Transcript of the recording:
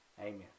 Amen